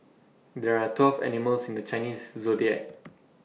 there are twelve animals in the Chinese Zodiac